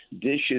dishes